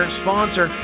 sponsor